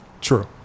True